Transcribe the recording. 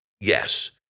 Yes